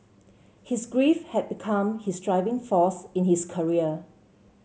his grief had become his driving force in his career